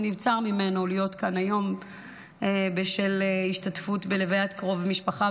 שנבצר ממנו להיות כאן היום בשל השתתפות בלוויית קרוב משפחה,